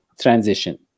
transition